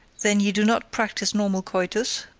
then you do not practice normal coitus?